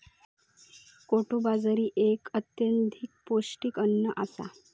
कोडो बाजरी एक अत्यधिक पौष्टिक अन्न आसा